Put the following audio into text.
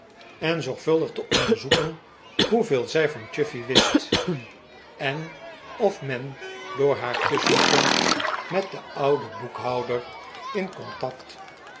en zorgvuldig te onderzoeken hoeveel zij van chuffey wist en of men door haar tusschenkomst met den ouden boekhouder in contact